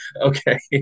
Okay